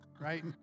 right